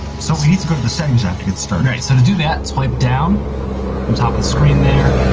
so we need to go to the settings app to get started. right, so to do that, swipe down from the top of the screen there.